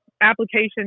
application